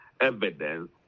evidence